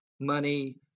Money